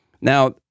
Now